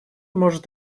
может